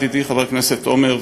ידידי חבר הכנסת עמר,